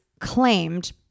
claimed